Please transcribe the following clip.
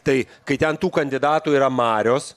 tai kai ten tų kandidatų yra marios